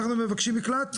אנחנו מבקשים מקלט?